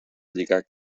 lligar